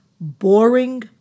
boring